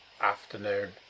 afternoon